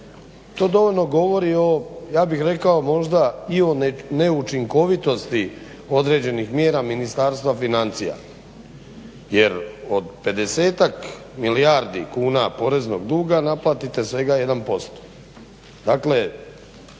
To dovoljno govori o ja bih rekao možda i o neučinkovitosti određenih mjera Ministarstva financija. Jer od pedesetak milijardi kuna poreznog duga naplatite svega 1%.